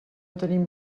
tenim